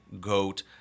goat